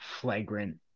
flagrant